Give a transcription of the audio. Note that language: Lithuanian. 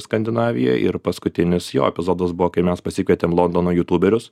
skandinavijoj ir paskutinis jo epizodas buvo kai mes pasikvietėm londono jutūberius